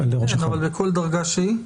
אבל זה כל דרגה שהיא?